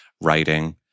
writing